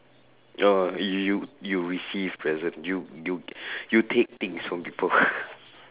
oh you you receive present you you you take things from people